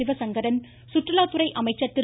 சிவசங்கரன் சுற்றுலாத்துறை அமைச்சர் திரு